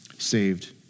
Saved